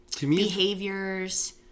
behaviors